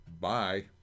bye